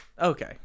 okay